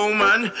man